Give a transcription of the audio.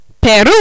Peru